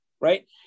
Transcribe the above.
right